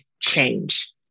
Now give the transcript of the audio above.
change